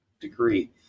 degree